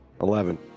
eleven